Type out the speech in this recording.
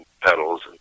pedals